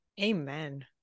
Amen